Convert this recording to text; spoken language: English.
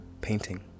painting